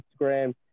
instagram